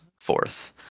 fourth